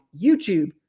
YouTube